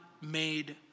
made